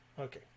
okay